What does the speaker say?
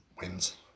wins